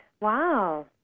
Wow